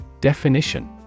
Definition